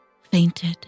fainted